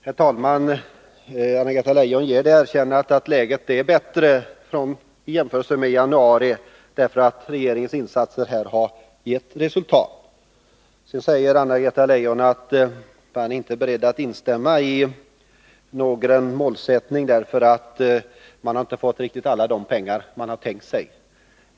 Herr talman! Anna-Greta Leijon ger erkännandet att läget är bättre i jämförelse med januari därför att regeringens insatser har gett resultat. Sedan säger hon att socialdemokraterna inte är beredda att instämma i någon målsättning därför att man inte har fått riktigt alla de pengar som man har tänkt sig.